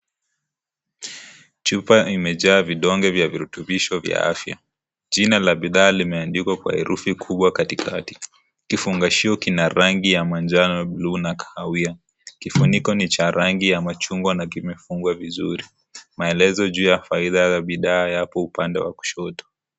Chupa imejaa vidonge vya virutubisho vya afya. Jina la bidhaa limeandikwa kwa herufi kubwa katika. Kifungashio kina rangi ya manjano na bluu na kahawia. Kifuniko ni cha rangi ya machungwa na kimefunikwa vizuri. Maelezo juu ya faida ya bidhaa yako upande wa kushoto.